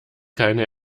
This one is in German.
keine